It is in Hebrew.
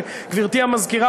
גברתי המזכירה,